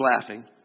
laughing